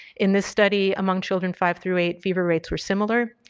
in this study among children five through eight fever rates were similar.